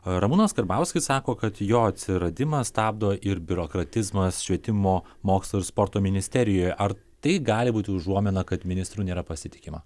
ramūnas karbauskis sako kad jo atsiradimą stabdo ir biurokratizmas švietimo mokslo ir sporto ministerijoje ar tai gali būti užuomina kad ministru nėra pasitikima